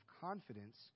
confidence